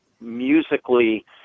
musically